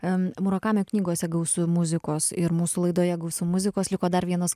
em murokamio knygose gausu muzikos ir mūsų laidoje gausu muzikos liko dar vienas